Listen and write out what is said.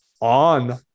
on